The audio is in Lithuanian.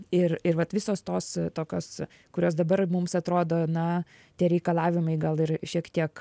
ir ir vat visos tos tokios kurios dabar mums atrodo na tie reikalavimai gal ir šiek tiek